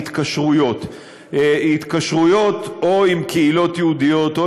היא התקשרויות או עם קהילות יהודיות או